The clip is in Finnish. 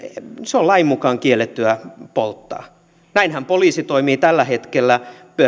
se on lain mukaan kiellettyä polttaa näinhän poliisi toimii tällä hetkellä